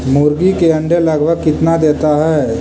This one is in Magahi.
मुर्गी के अंडे लगभग कितना देता है?